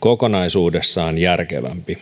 kokonaisuudessaan järkevämpi